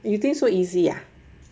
you think so easy